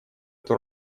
эту